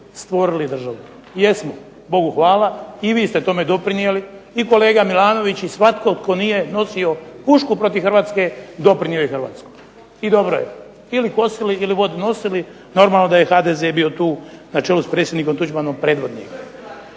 stvorili državu. Jesmo, Bogu hvala i vi ste tome doprinijeli i kolega Milanović i svatko tko nije nosio pušku protiv Hrvatske doprinio je Hrvatskoj i dobro je, ili kosili ili vodu nosili. Normalno da je HDZ bio tu na čelu s predsjednikom Tuđmanom predvodnik.